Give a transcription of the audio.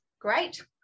great